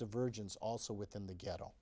divergence also within the ghetto